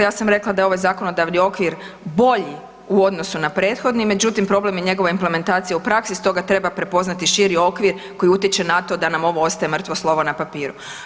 Ja sam rekla da je ovaj zakonodavni okvir bolji u odnosu na prethodni, međutim, problem je njegova implementacija u praksi, stoga treba prepoznati širi okvir koji utječe na to da nam ovo ostaje mrtvo slovo na papiru.